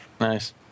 Nice